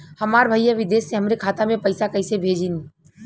हमार भईया विदेश से हमारे खाता में पैसा कैसे भेजिह्न्न?